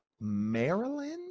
Maryland